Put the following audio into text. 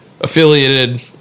affiliated